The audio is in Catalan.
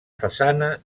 façana